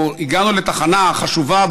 או הגענו בו לתחנה חשובה,